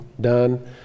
done